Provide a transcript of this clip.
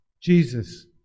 Jesus